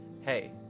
Hey